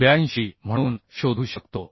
82म्हणून शोधू शकतो